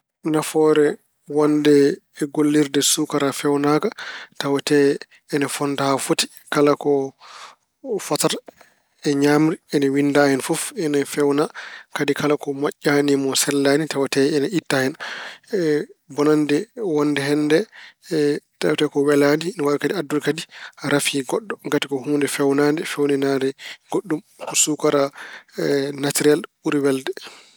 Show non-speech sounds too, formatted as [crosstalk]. Nafoore wonnde e gollirde suukara feewnaaka tawatee ina fonndaa haa foti. Kala ko fotata e ñaamri, ina winnda hen fof, ena feewna. Kadi kala ko moƴƴaani mo sellaani, tawatee ina itta hen, [hesitation] bonande wonnde hen nde, [hesitation] tawatee ko wulaani. Ina waawi kadi addude kadi rafi gonɗo ngati ko huunde feewnade, feewniraade goɗɗum. Suukara naturel ɓuri welde.